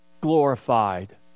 glorified